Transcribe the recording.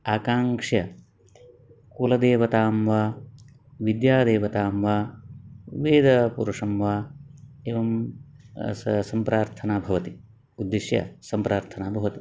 आकाङ्क्ष्य कुलदेवतां वा विद्यादेवतां वा वेदपुरुषं वा एवं सम्प्रार्थना भवति उद्दिश्य सम्प्रार्थना भवति